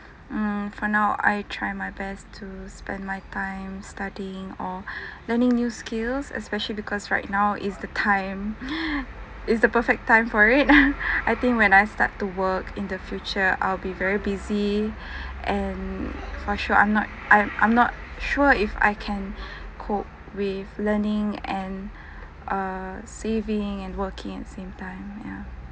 mm for now I try my best to spend my time studying or learning new skills especially because right now is the time it's the perfect time for it I think when I start to work in the future I'll be very busy and for sure I'm not I'm I'm not sure if I can cope with learning and err saving and working at the same time ya